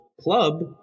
club